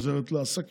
היא עוזרת לעסקים,